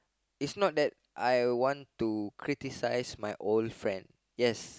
is not that I want to criticise my old friend yes